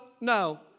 no